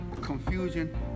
Confusion